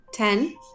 Ten